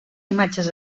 imatges